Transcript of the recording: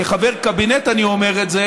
כחבר קבינט אני אומר את זה: